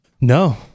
No